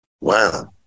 Wow